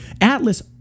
Atlas